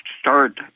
start